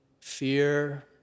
fear